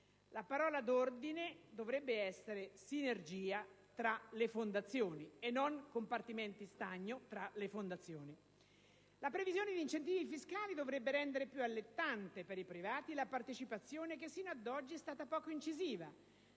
La parola d'ordine dovrebbe essere sinergia tra le fondazioni e non compartimenti stagni tra le fondazioni. La previsione di incentivi fiscali dovrebbe rendere più allettante per i privati la partecipazione che sino ad oggi è stata poco incisiva,